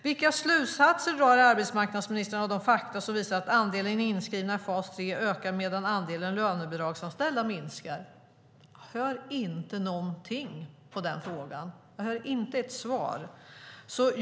Vilka slutsatser drar arbetsmarknadsministern av de fakta som visar att andelen inskrivna i fas 3 ökar medan andelen lönebidragsanställda minskar? Jag hör inte någonting när det gäller den frågan. Jag hör inte ett svar.